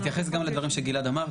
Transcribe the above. אתייחס גם לדברים שגלעד אמר,